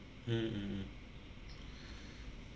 mm mm mm